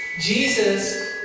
jesus